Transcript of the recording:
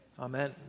Amen